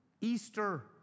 Easter